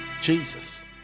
Jesus